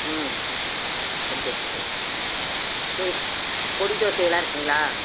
ம் குடிக்கிறத்துக்கு சரி பொடி தோசைலாம் இருக்குங்களா